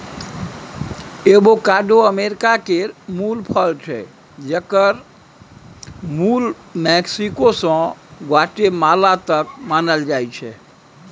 avocado America केर मुल फल छै जकर मुल मैक्सिको सँ ग्वाटेमाला तक मानल जाइ छै